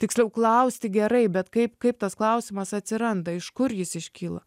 tiksliau klausti gerai bet kaip kaip tas klausimas atsiranda iš kur jis iškyla